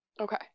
Okay